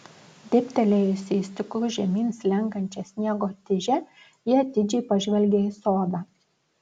dėbtelėjusi į stiklu žemyn slenkančią sniego tižę ji atidžiai pažvelgė į sodą